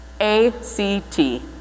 A-C-T